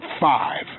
five